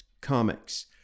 comics